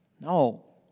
No